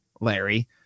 Larry